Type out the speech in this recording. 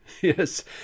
Yes